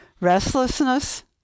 Restlessness